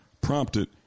prompted